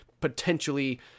potentially